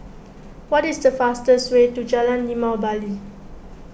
what is the fastest way to Jalan Limau Bali